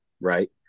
right